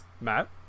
Matt